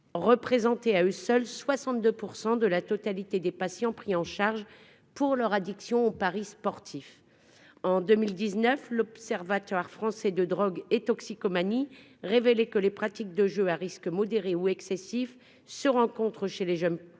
représentaient à eux seuls 62 % de la totalité des patients pris en charge pour leur addiction aux paris sportifs. En 2019, l'Observatoire français des drogues et des toxicomanies révélait que les pratiques de jeu à risque modéré ou excessif se retrouvaient plutôt chez les hommes